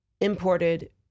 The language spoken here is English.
imported